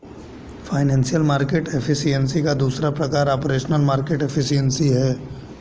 financial market efficiency का दूसरा प्रकार ऑपरेशनल मार्केट एफिशिएंसी है